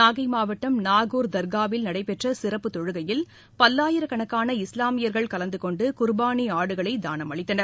நாகை மாவட்டம் நாகூர் தர்காவில் நடைபெற்ற சிறப்பு தொழுகையில் பல்லாயிரக்கணக்கான இஸ்லாமியர்கள் கலந்துகொண்டு குர்பானி ஆடுகளை தானம் அளித்தனர்